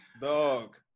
Dog